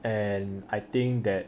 and I think that